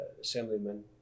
assemblyman